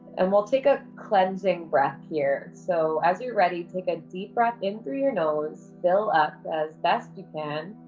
and we'll take a cleansing breath here. so, as you are ready, take a deep breath in through your nose, fill up as best you can,